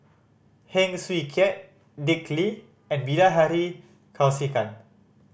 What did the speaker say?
Heng Swee Keat Dick Lee and Bilahari Kausikan